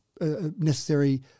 necessary